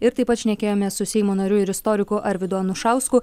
ir taip pat šnekėjomės su seimo nariu ir istoriku arvydu anušausku